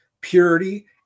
purity